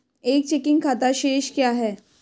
एक चेकिंग खाता शेष क्या है?